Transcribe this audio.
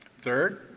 Third